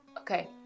Okay